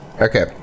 okay